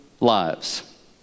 lives